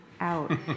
out